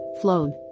flown